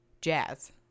jazz